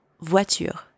voiture